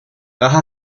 caja